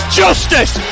justice